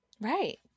right